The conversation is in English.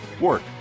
work